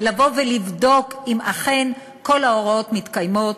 לבוא ולבדוק אם אכן כל ההוראות מתקיימות,